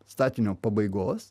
statinio pabaigos